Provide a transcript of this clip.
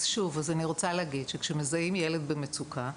אז שוב אז אני רוצה להגיד שכאשר מזהים ילד במצוקה,